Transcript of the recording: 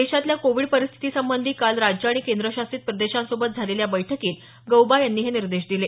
देशातल्या कोविड परिस्थितीसंबंधी काल राज्य आणि केंद्रशासित प्रदेशांसोबत झालेल्या बैठकीत गौबा यांनी हे निर्देश दिले